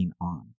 on